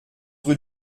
rue